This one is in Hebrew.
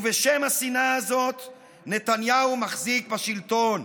בשם השנאה הזאת נתניהו מחזיק בשלטון,